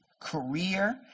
career